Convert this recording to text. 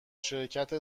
شرکت